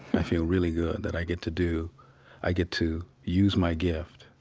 i feel really good that i get to do i get to use my gift.